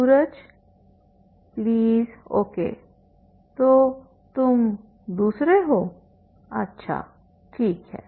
Suraj please okay तो तुम दूसरे हो अच्छा ठीक है